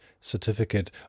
certificate